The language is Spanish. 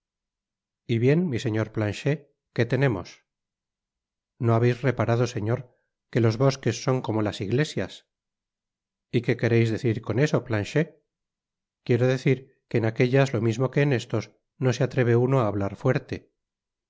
y bien mi señor planchet que tenemos no habeis reparado señor que los bosques son como las iglesias y qué quereis decir con eso planchet quiero decir que en aquellas lo mismo que en estos no se atreve uno á hablar fuerte